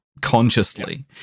consciously